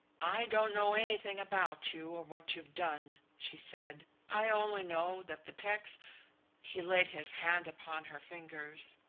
i don't know anything about you, or what you've done, she said. i only know that the tecs he laid his hand upon her fingers.